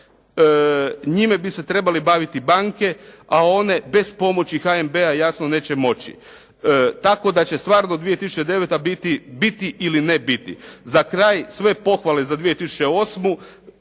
njime bi se trebali baviti banke, a one bez pomoći HNB-a jasno neće moći. Tako da će stvarno 2009. biti ili ne biti. Za kraj sve pohvale za 2008.